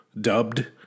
dubbed